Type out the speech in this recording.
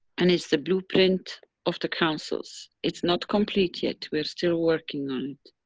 and it's the blueprint of the councils. it's not complete yet, we're still working on it.